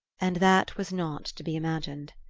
and that was not to be imagined.